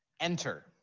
Enter